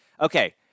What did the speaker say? Okay